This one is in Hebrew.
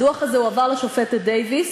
הדוח הזה הועבר לשופטת דייוויס,